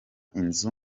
inzu